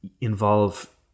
involve